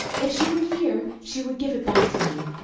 if she were here, she would give it back to me.